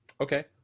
Okay